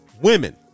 women